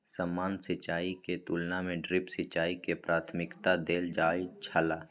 सामान्य सिंचाई के तुलना में ड्रिप सिंचाई के प्राथमिकता देल जाय छला